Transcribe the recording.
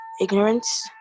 ignorance